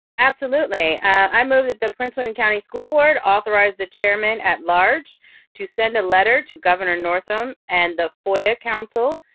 absolutely. i move that the prince william county school board authorize the chairman at large to send a letter to governor northam and the foia council,